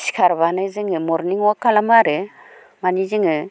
सिखारब्लानो जोङो मरनिं अवाक खालामो आरो मानि जोङो